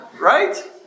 Right